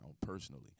personally